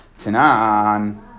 Tanan